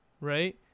right